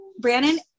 Brandon